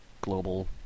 global